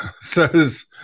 says